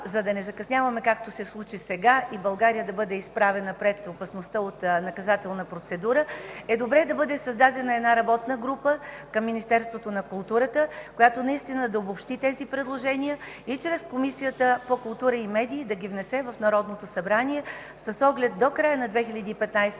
за да не закъсняваме, както се случи сега и България да бъде изправена пред опасността от наказателна процедура, че е добре да бъде създадена работна група към Министерството на културата, която да обобщи тези предложения и чрез Комисията по културата и медиите да ги внесе в Народното събрание, с оглед до края на 2015 г.